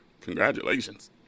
Congratulations